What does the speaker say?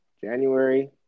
January